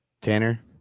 Tanner